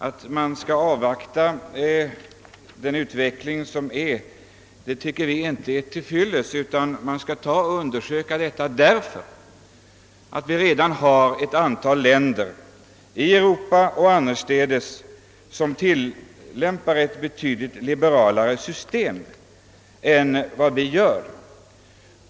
Att avvakta utvecklingen tycker vi inte är till fyllest, utan vi anser att saken skall undersökas, eftersom ett antal länder i Europa och annorstädes redan tillämpar betydligt liberalare system än vi.